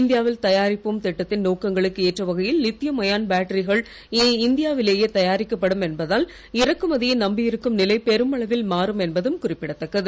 India வில் தயாரிப்போம் திட்டத்தின் நோக்கங்களுக்கு ஏற்ற வகையில் இனி இந்தியா விலேயே தயாரிக்கப்படும் என்பதால் இறக்குமதியை நம்பியிருக்கும் நிலை பெருமளவில் மாறும் என்பதும் குறிப்பிடத்தக்கது